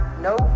no